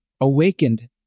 awakened